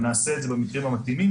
ונעשה את זה במקרים המתאימים,